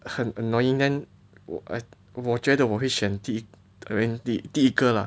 很 annoying then 我我觉得我会选第一 I mean 第一个啦